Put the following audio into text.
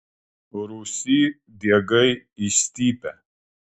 rūsy diegai išstypę